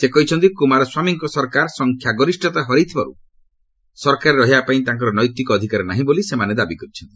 ସେ କହିଛନ୍ତି କୁମାରସ୍ୱାମୀଙ୍କ ସରକାର ସଂଖ୍ୟାଗରିଷତା ହରାଇଥିବାରୁ ସରକାର ରହିବାପାଇଁ ତାଙ୍କର ନୈତିକ ଅଧିକାର ନାହିଁ ବୋଲି ସେମାନେ ଦାବି କରିଛନ୍ତି